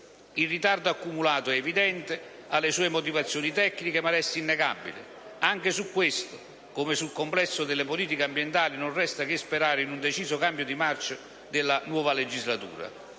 Il ritardo accumulato - è evidente - ha le sue motivazioni tecniche ma resta innegabile. Anche su questo, come sul complesso delle politiche ambientali, non resta che sperare in un deciso cambio di marcia della nuova legislatura,